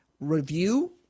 review